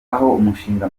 umushinga